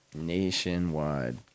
nationwide